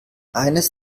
eines